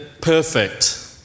perfect